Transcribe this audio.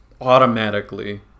automatically